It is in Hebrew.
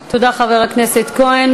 תודה, חבר הכנסת כהן.